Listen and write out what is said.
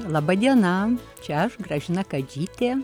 laba diena čia aš gražina kadžytė